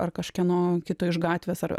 ar kažkieno kito iš gatvės ar